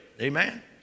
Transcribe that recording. amen